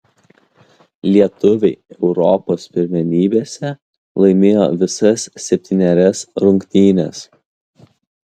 lietuviai europos pirmenybėse laimėjo visas septynerias rungtynes